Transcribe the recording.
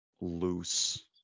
loose